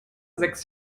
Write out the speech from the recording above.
sechs